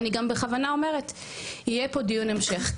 ואני גם בכוונה אומרת יהיה פה דיון המשך,